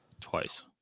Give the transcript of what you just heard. twice